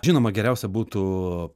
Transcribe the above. žinoma geriausia būtų